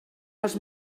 els